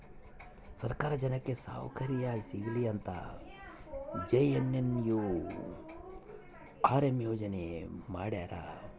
ಸರ್ಕಾರ ಜನಕ್ಕೆ ಸೌಕರ್ಯ ಸಿಗಲಿ ಅಂತ ಜೆ.ಎನ್.ಎನ್.ಯು.ಆರ್.ಎಂ ಯೋಜನೆ ಮಾಡ್ಯಾರ